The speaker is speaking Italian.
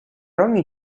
ogni